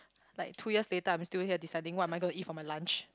like two years later I'm still here deciding what am I gonna eat for my lunch